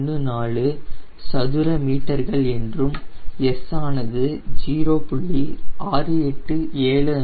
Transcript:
14 சதுர மீட்டர்கள் என்றும் S ஆனது 0